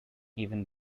even